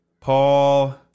Paul